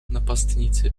napastnicy